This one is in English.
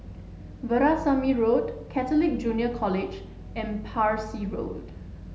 Veerasamy Road Catholic Junior College and Parsi Road